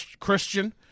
Christian